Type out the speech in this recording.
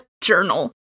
Journal